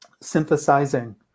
synthesizing